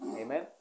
Amen